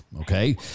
okay